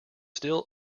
still